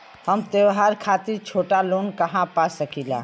हम त्योहार खातिर छोटा लोन कहा पा सकिला?